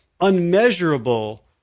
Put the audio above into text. unmeasurable